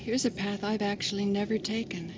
here's a path i've actually never take